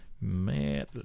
Man